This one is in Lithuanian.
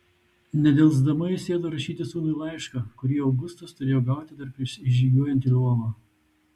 nedelsdama ji sėdo rašyti sūnui laišką kurį augustas turėjo gauti dar prieš įžygiuojant į lvovą